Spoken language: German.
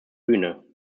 bühne